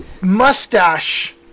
Mustache